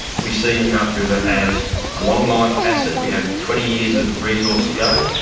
we see mcarthur river as a long-life asset. we have twenty years of resource to go.